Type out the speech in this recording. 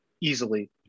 easily